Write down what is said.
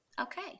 Okay